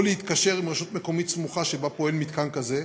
או להתקשר עם רשות מקומית סמוכה שבה פועל מתקן כזה,